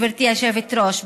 גברתי היושבת-ראש,